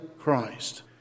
Christ